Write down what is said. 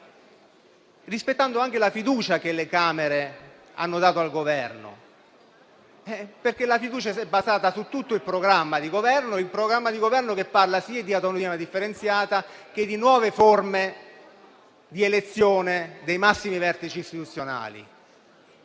popolare e anche la fiducia che le Camere hanno dato al Governo, perché la fiducia si è basata su tutto il programma di Governo, che parla sia di autonomia differenziata che di nuove forme di elezione dei massimi vertici istituzionali.